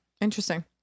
Interesting